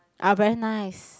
are very nice